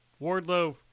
Wardlow